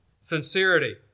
Sincerity